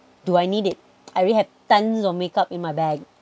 do I need it I already have tons of makeup in my bag